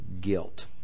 guilt